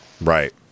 Right